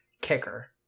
kicker